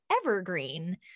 evergreen